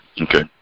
Okay